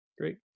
great